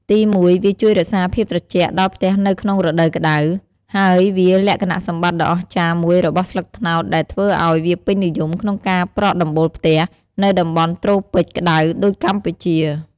ទីមួយ វា ជួយរក្សាភាពត្រជាក់ ដល់ផ្ទះនៅក្នុងរដូវក្ដៅ ហើយវាលក្ខណៈសម្បត្តិដ៏អស្ចារ្យមួយរបស់ស្លឹកត្នោតដែលធ្វើឲ្យវាពេញនិយមក្នុងការប្រក់ដំបូលផ្ទះនៅតំបន់ត្រូពិចក្តៅដូចកម្ពុជា។